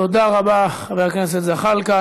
תודה רבה, חבר הכנסת זחאלקה.